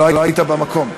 לא היית במקום.